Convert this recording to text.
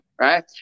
right